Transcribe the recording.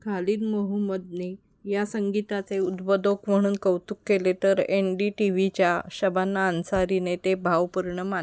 खालिद मोहमदने या संगीताचे उदबोधक म्हणून कौतुक केले तर एन डी टी व्हीच्या शबाना अन्सारीने ते भावपूर्ण मानले